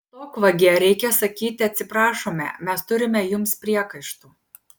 stok vagie reikia sakyti atsiprašome mes turime jums priekaištų